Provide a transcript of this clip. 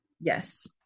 yes